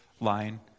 line